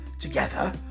together